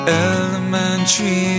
elementary